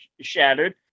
shattered